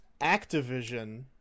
Activision